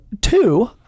Two